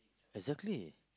exactly